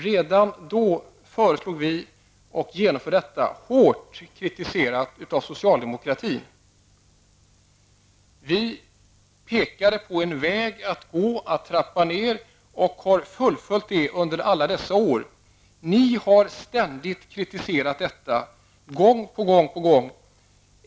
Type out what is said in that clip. Detta kritiserades hårt av socialdmeokratin. Vi pekade på en väg att gå när det gällde att trappa ned, och den vägen har vi under alla dessa år följt. Ni socialdemokrater har gång efter annan kritiserat oss för detta.